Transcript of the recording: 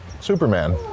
Superman